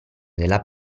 della